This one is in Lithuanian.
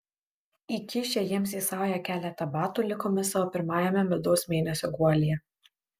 įkišę jiems į saują keletą batų likome savo pirmajame medaus mėnesio guolyje